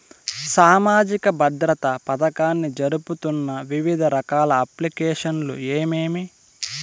సామాజిక భద్రత పథకాన్ని జరుపుతున్న వివిధ రకాల అప్లికేషన్లు ఏమేమి?